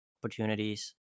opportunities